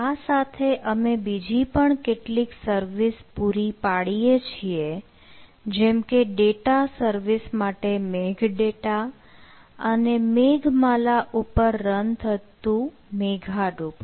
આ સાથે અમે બીજી પણ કેટલીક સર્વિસ પૂરી પાડીએ છીએ જેમકે ડેટા સર્વિસ માટે મેઘડેટા અને મેઘમાલા ઉપર રન થતું મેઘાડુપ